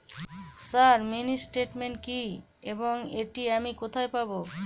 Sir mini statement কি এবং এটি আমি কোথায় পাবো?